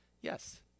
yes